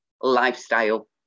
lifestyle